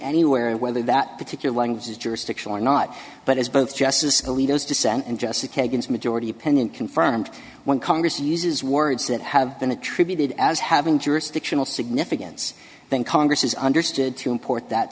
anywhere whether that particular language has jurisdiction or not but as both justice alito dissent and just a kagan's majority opinion confirmed when congress uses words that have been attributed as having jurisdictional significance then congress is understood to import that